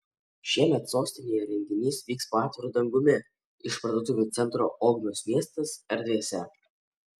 šiemet sostinėje renginys vyks po atviru dangumi išparduotuvių centro ogmios miestas erdvėse